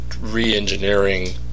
re-engineering